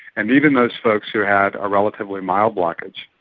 and even those folks who had a relatively mild blockage,